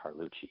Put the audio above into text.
Carlucci